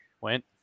went